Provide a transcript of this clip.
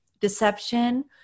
deception